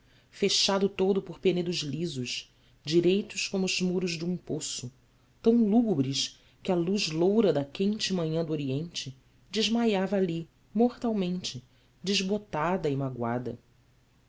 fechado todo por penedos lisos direitos como os muros de um poço tão lúgubres que a luz loura da quente manhã de oriente desmaiava ali mortalmente desbotada e magoada